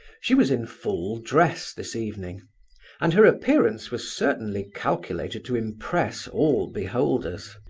she was in full dress this evening and her appearance was certainly calculated to impress all beholders.